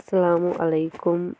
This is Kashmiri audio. اسَلامُ علیکُم